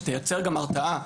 שתייצר גם הרתעה.